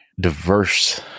diverse